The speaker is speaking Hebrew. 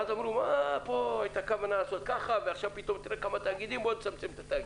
ואז אמרו שמדובר בהרבה תאגידים ויש לצמצם אותם.